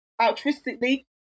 altruistically